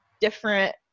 different